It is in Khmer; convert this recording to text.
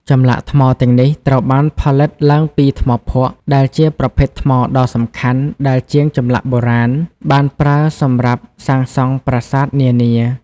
ចម្លាក់ថ្មទាំងនេះត្រូវបានផលិតឡើងពី ថ្មភក់ ដែលជាប្រភេទថ្មដ៏សំខាន់ដែលជាងចម្លាក់បុរាណបានប្រើសម្រាប់សាងសង់ប្រាសាទនានា។